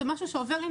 זה משהו שעובר,